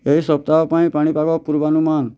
ଏହି ସପ୍ତାହ ପାଇଁ ପାଣିପାଗ ପୂର୍ବାନୁମାନ